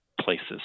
places